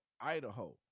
Idaho